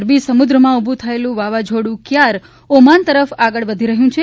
અરબી સમુદ્રમાં ઉભું થયેલું વાવાઝોડું કયાર ઓમાન તરફ આગળ વધી રહ્યું છે